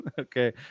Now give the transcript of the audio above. Okay